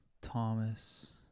Thomas